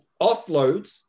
offloads